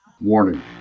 Warning